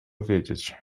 wiedzieć